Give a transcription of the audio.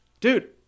Dude